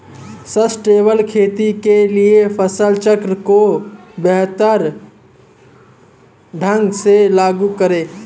sustainable खेती के लिए फसल चक्र को बेहतर ढंग से लागू करें